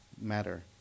matter